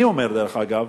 אני אומר, דרך אגב,